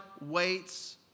waits